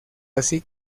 así